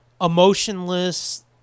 emotionless